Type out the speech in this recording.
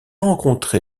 rencontré